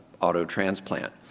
auto-transplant